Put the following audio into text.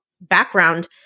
background